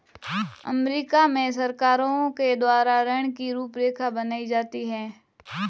अमरीका में सरकारों के द्वारा ऋण की रूपरेखा बनाई जाती है